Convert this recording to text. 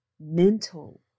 mental